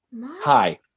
hi